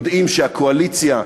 יודעים שהקואליציה,